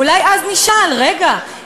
אולי אז נשאל: רגע,